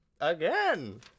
again